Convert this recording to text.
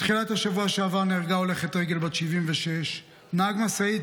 בתחילת השבוע שעבר נהרגה הולכת רגל בת 76. נהג משאית